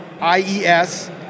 I-E-S